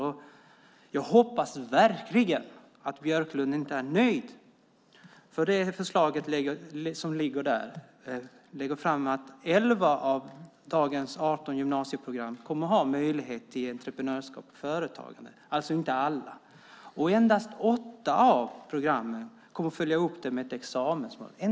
Men jag hoppas verkligen att Björklund inte är nöjd, för enligt förslaget kommer elva av dagens arton, alltså inte alla, gymnasieprogram att innehålla möjligheten att välja kurser i entreprenörskap och företagande. Endast åtta av programmen kommer att följas upp med ett examensmål.